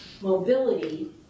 mobility